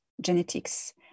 genetics